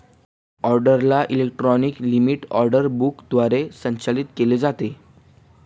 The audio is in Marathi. ऑर्डरला इलेक्ट्रॉनिक लिमीट ऑर्डर बुक द्वारे संचालित केलं जातं